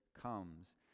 comes